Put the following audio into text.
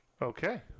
Okay